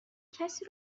کسی